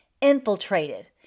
infiltrated